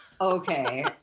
Okay